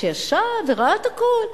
שישב וראה את הכול.